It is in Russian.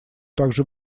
также